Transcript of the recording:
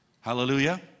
Hallelujah